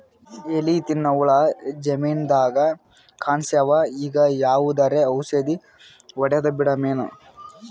ಎಲಿ ತಿನ್ನ ಹುಳ ಜಮೀನದಾಗ ಕಾಣಸ್ಯಾವ, ಈಗ ಯಾವದರೆ ಔಷಧಿ ಹೋಡದಬಿಡಮೇನ?